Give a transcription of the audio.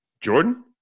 Jordan